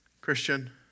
Christian